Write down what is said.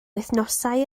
wythnosau